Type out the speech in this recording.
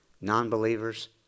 non-believers